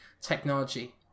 technology